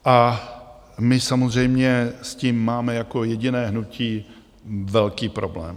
A my samozřejmě s tím máme jako jediné hnutí velký problém.